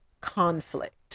conflict